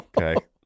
Okay